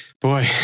Boy